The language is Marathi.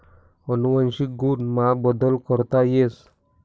अनुवंशिक गुण मा बदल करता येस